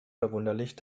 verwunderlich